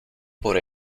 por